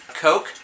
Coke